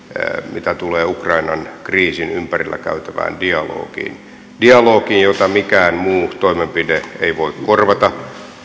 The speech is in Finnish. mitä tulee ukrainan kriisin ympärillä käytävään dialogiin dialogiin jota mikään muu toimenpide ei voi korvata